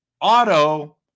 auto